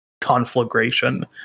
conflagration